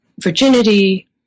virginity